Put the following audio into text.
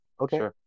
Okay